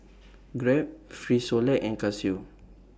Grab Frisolac and Casio